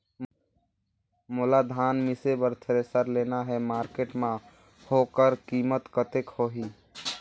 मोला धान मिसे बर थ्रेसर लेना हे मार्केट मां होकर कीमत कतेक होही?